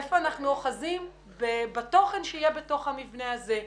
היכן אנחנו אוחזים בתוכן שיהיה בתוך המבנה הזה.